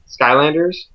Skylanders